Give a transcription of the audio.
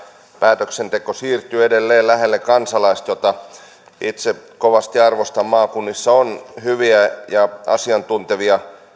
päätöksenteko siirtyy edelleen lähelle kansalaista mitä itse kovasti arvostan maakunnissa on hyviä ja asiantuntevia